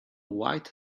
white